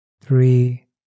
three